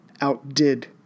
outdid